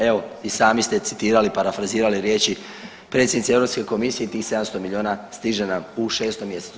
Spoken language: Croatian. Evo i sami ste citirali, parafrazirali riječi predsjednice Europske komisije i tih 700 milijuna stiže nam u 6. mjesecu.